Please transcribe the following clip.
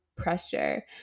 pressure